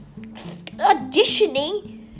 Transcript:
auditioning